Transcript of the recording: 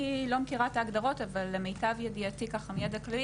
אני לא מכירה את ההגדרות אבל למיטב ידיעתי מידע כללי,